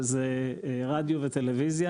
שזה רדיו וטלוויזיה,